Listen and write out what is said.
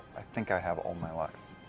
i think i have all my lucks.